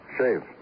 Shave